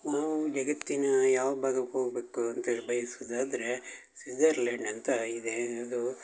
ನಾವು ಜಗತ್ತಿನ ಯಾವ ಭಾಗಕ್ ಹೇಗ್ಬೇಕು ಅಂತೇಳಿ ಬಯ್ಸೋದಾದ್ರೆ ಸ್ವಿಝರ್ಲ್ಯಾಂಡ್ ಅಂತ ಇದೆ ಅದು